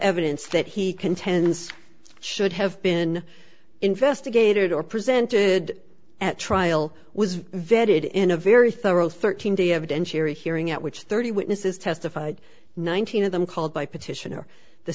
evidence that he contends should have been investigated or presented at trial was vetted in a very thorough thirteen day evidentiary hearing at which thirty witnesses testified nineteen of them called by petitioner the